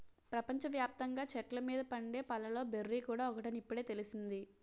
ప్రపంచ వ్యాప్తంగా చెట్ల మీద పండే పళ్ళలో బెర్రీ కూడా ఒకటని ఇప్పుడే తెలిసింది